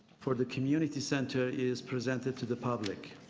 for the community center is presented to the public.